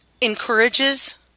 encourages